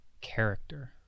character